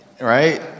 right